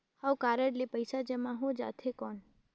हव कारड ले पइसा जमा हो जाथे कौन?